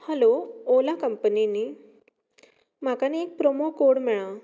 hello Ola company न्ही म्हाका न्ही एक प्रोमो कोड मेळ्ळा